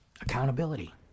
Accountability